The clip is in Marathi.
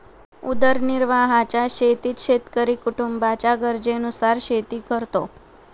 उदरनिर्वाहाच्या शेतीत शेतकरी कुटुंबाच्या गरजेनुसार शेती करतो